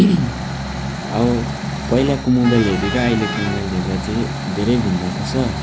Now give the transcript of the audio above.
अब पहिलाको मोबाइल हेरेर अहिलेको मोबाइल हेर्दा चाहिँ धेरै भिन्नता छ